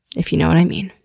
if you know what i mean.